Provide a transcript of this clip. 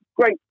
Great